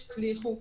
שלא הצליחו.